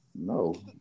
No